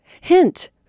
Hint